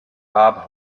bob